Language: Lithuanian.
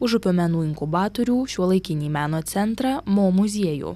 užupio menų inkubatorių šiuolaikinį meno centrą mo muziejų